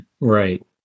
Right